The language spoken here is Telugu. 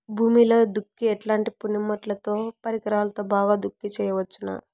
భూమిలో దుక్కి ఎట్లాంటి పనిముట్లుతో, పరికరాలతో బాగా దుక్కి చేయవచ్చున?